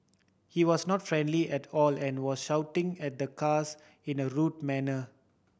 he was not friendly at all and was shouting at the cars in a rude manner